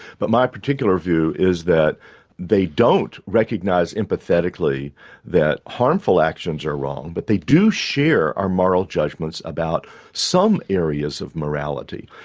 but my particular view is that they don't recognise empathetically that harmful actions are wrong but they do share our moral judgments about some areas of morality.